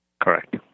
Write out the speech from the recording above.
Correct